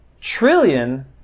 trillion